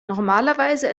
normalerweise